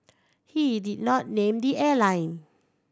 he did not name the airline